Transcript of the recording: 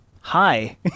hi